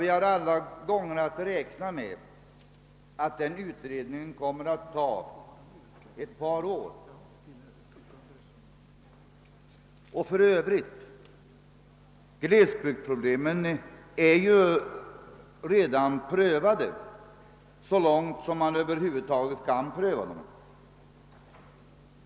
Vi måste räkna med att denna utredning kommer att ta ett par år. För övrigt är glesbygdsproblemen redan prövade så långt som det över huvud taget är möjligt.